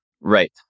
Right